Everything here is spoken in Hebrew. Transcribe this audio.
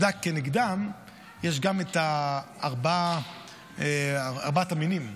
כנגדם יש גם את ארבעת המינים.